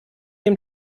dem